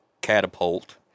catapult